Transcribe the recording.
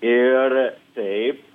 ir taip